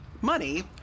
money